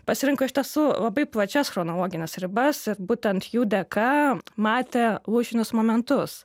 pasirinko iš tiesų labai plačias chronologines ribas ir būtent jų dėka matė lūžinius momentus